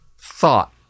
thought